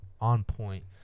on-point